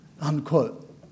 unquote